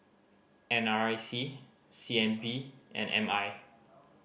N R I C C N B and M I